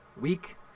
week